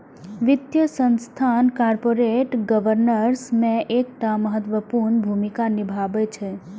वित्तीय संस्थान corporate governance मे एकटा महत्वपूर्ण भूमिका निभाबै छै